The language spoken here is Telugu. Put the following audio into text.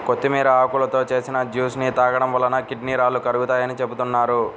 కొత్తిమీర ఆకులతో చేసిన జ్యూస్ ని తాగడం వలన కిడ్నీ రాళ్లు కరుగుతాయని చెబుతున్నారు